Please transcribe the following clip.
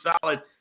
solid